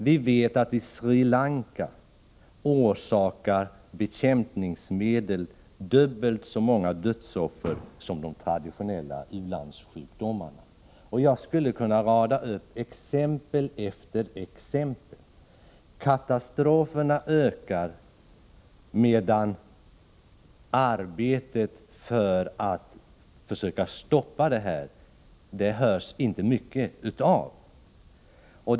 Vi vet att bekämpningsmedel i Sri Lanka orsakar dubbelt så många dödsoffer som de traditionella u-landssjukdomarna. Jag skulle kunna rada upp exempel efter exempel. Katastroferna ökar, medan det inte hörs särskilt mycket av arbetet för att försöka stoppa detta.